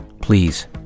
please